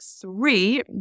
three